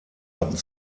hatten